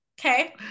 okay